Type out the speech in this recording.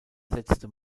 setzte